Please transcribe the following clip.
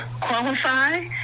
qualify